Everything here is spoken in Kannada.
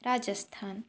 ರಾಜಸ್ಥಾನ್